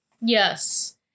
Yes